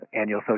annual